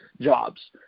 jobs